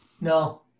No